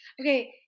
Okay